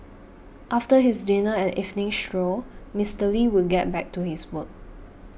after his dinner and evening stroll Mister Lee would get back to his work